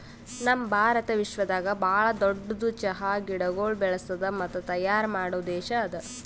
ನಮ್ ಭಾರತ ವಿಶ್ವದಾಗ್ ಭಾಳ ದೊಡ್ಡುದ್ ಚಹಾ ಗಿಡಗೊಳ್ ಬೆಳಸದ್ ಮತ್ತ ತೈಯಾರ್ ಮಾಡೋ ದೇಶ ಅದಾ